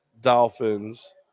Dolphins